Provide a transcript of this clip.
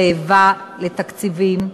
רעבה לתקציבים,